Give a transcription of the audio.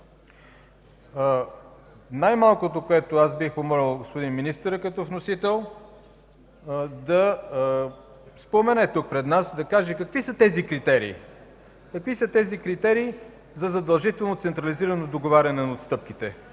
Най-малкото, което бих помолил господин Министъра като вносител, да каже тук, пред нас, какви са тези критерии за задължително централизирано договаряне на отстъпките,